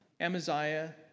Amaziah